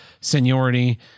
seniority